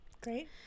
great